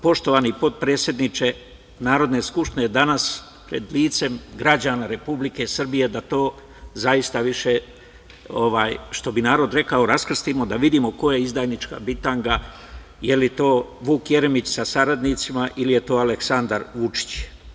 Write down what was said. Poštovani potpredsedniče Narodne skupštine, danas pred licem građana Republike Srbije da to zaista više, što bi narod rekao, raskrstimo, da vidimo ko je izdajnička bitanga, je li to Vuk Jeremić sa saradnicima ili je to Aleksandar Vučić.